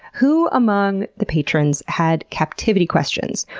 who among the patrons had captivity questions,